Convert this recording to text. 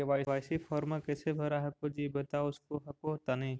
KYC फॉर्मा कैसे भरा हको जी बता उसको हको तानी?